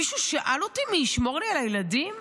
מישהו שאל אותי מי ישמור לי על הילדים?